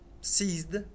seized